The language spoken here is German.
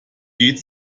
geht